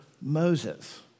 Moses